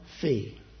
fee